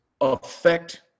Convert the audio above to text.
affect